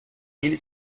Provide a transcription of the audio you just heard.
mille